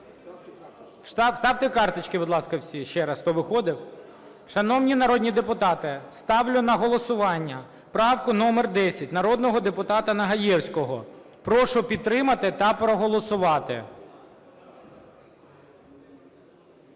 Вставте карточки, будь ласка, всі ще раз, хто виходив. Шановні народні депутати, ставлю на голосування правку номер 10 народного депутата Нагаєвського. Прошу підтримати та проголосувати.